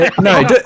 no